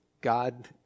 God